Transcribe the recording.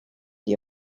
die